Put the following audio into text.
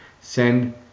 send